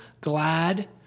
glad